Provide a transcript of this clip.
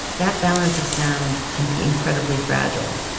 that balance of sound can be incredibly fragile